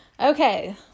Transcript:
Okay